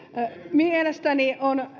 mielestäni on